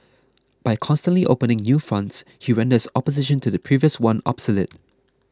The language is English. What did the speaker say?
by constantly opening new fronts he renders opposition to the previous one obsolete